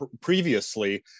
previously